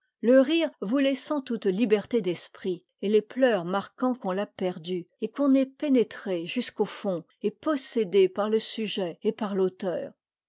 le rire vous laissant toute liberté d'esprit et les pleurs marquant qu'on l'a perdue et qu'on est pénétré jusqu'au fond et possédé par le sujet et par l'auteur